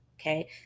okay